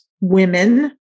women